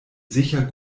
sicher